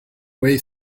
way